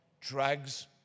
drugs